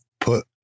put